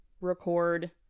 record